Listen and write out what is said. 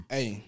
Hey